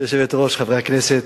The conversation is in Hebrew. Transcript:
כבוד היושבת-ראש, חברי הכנסת,